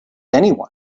anyone